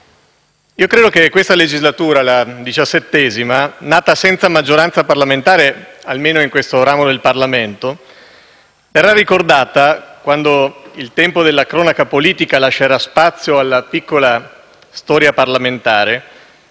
io credo che la XVII legislatura, nata senza maggioranza parlamentare, almeno in questo ramo del Parlamento, verrà ricordata, quando il tempo della cronaca politica lascerà spazio alla piccola storia parlamentare,